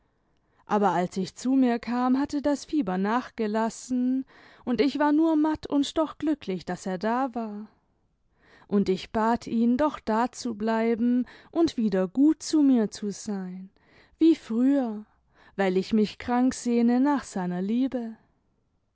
aber als ich zu mir kam hatte das fieber nachgelassen imd ich war nur matt und doch glücklich daß er da war und ich bat ihn doch da zu bleiben und wieder gut zu mir zu sein wie früher weil ich mich krank sehne nach seiner liebe